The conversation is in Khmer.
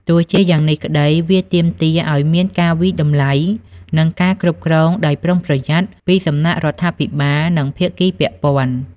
ទោះជាយ៉ាងនេះក្តី វាទាមទារឱ្យមានការវាយតម្លៃ និងការគ្រប់គ្រងដោយប្រុងប្រយ័ត្នពីសំណាក់រដ្ឋាភិបាល និងភាគីពាក់ព័ន្ធ។